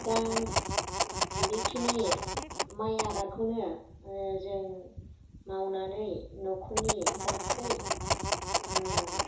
दा बेखिनि माइ आबादखौनो ओ जों मावनानै न'खरनि गासै ओ